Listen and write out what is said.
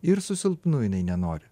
ir su silpnu jinai nenori